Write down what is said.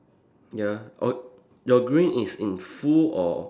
ya oh your green is in full or